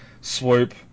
Swoop